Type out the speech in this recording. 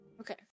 Okay